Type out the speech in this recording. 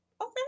Okay